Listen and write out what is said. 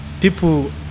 people